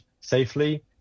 safely